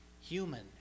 human